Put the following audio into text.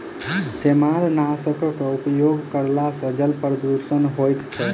सेमारनाशकक उपयोग करला सॅ जल प्रदूषण होइत छै